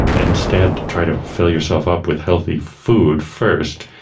instead try to fill yourself up with healthy food first,